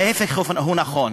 וההפך הוא נכון.